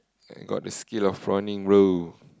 I got the skill of prawning bro